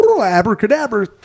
abracadabra